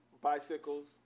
Bicycles